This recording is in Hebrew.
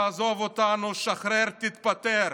תעזוב אותנו, שחרר, תתפטר.